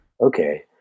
Okay